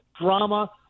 drama